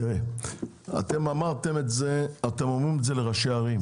אתם אומרים את זה לראשי ערים.